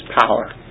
power